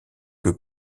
que